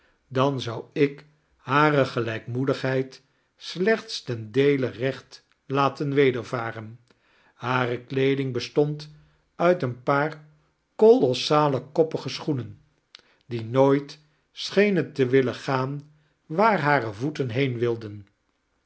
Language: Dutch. dan zou ik hare gelijkmioedigheid slechts ten deele recht laten wedervareri hare weeding bestond uit een paar kolossale koppige sehoenen die nooit schenen te willen gaan waar hare voeten heen wdldein